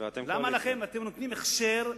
ואתם קואליציה.